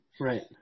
Right